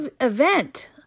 event